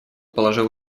положил